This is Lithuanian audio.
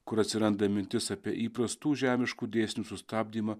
kur atsiranda mintis apie įprastų žemiškų dėsnių sustabdymą